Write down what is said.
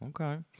okay